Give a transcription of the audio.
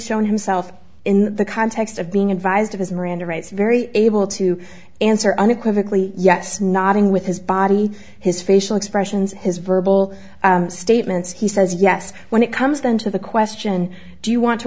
shown himself in the context of being advised of his miranda rights very able to answer unequivocally yes nodding with his body his facial expressions his verbal statements he says yes when it comes down to the question do you wa